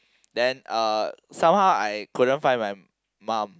then uh somehow I couldn't find my mum